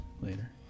later